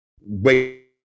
wait